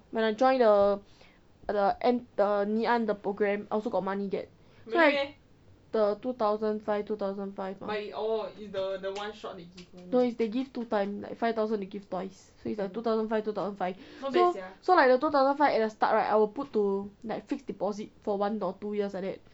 when I join the the the ngee ann the program I also got money get so I the two thousand five two thousand five lah no it's they give two times five thousand they give twice so it's two thousand five two thousand five so like the two thousand five at the start I will put to fixed deposit for one or two years like that